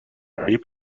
sorry